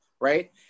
right